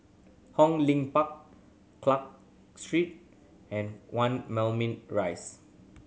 Hong Lim Park Clarke Street and One Moulmein Rise